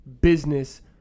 business